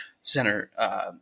center